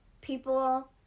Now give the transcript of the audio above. people